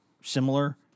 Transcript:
similar